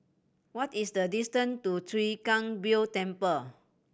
what is the distant to Chwee Kang Beo Temple